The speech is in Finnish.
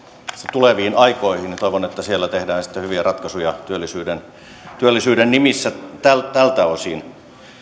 tuleviin aikoihin ja toivon että siellä tehdään sitten hyviä ratkaisuja työllisyyden työllisyyden nimissä tältä tältä osin